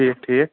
ٹھیٖک ٹھیٖک